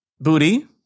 booty